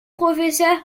professeur